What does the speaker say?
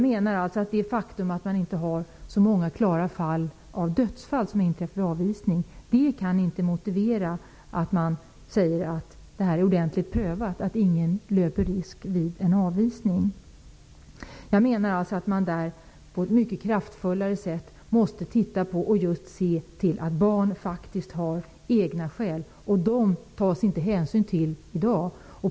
Det faktum att vi inte känner till så många dödsfall som har inträffat vid avvisning kan inte motivera att man säger att detta är ordentligt prövat och att ingen löper någon risk vid en avvisning. Jag menar att man på ett mycket kraftfullare sätt måste se över detta och ta hänsyn till att barn har egna skäl. De tas inte hänsyn till i dag.